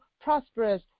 prosperous